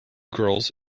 girls